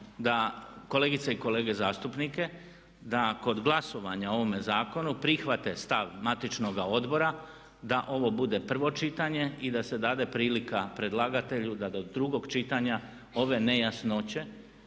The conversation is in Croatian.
da kolegice i kolege zastupnike da kod glasovanja o ovome zakonu prihvate stav matičnoga odbora da ovo bude prvo čitanje i da se dade prilika predlagatelju da do drugog čitanja ove nejasnoće